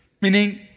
Meaning